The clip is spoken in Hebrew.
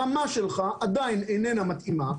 הרמה שלך עדיין איננה מתאימה,